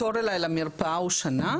התור אליי למרפאה הוא שנה.